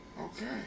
Okay